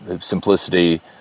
simplicity